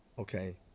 okay